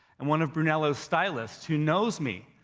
and one of brunello's stylists who knows me,